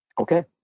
Okay